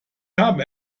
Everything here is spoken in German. habe